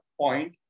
point